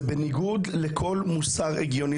זה בניגוד לכל מוסר הגיוני.